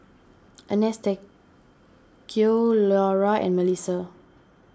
Anastacio Leora and Mellisa